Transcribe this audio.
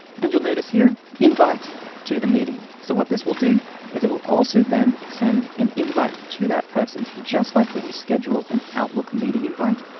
and you'll notice here, invite to the meeting. so what this will do is it will also then send an invite to that person, just like when you schedule an outlook meeting invite,